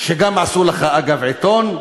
שגם עשו לך, אגב, עיתון,